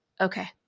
okay